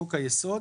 חוק היסוד),